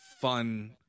fun